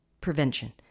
prevention